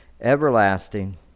everlasting